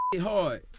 hard